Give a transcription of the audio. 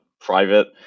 private